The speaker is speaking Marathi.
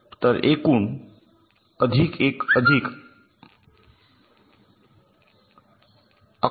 तर एकूण अधिक १ अधिक 5 ११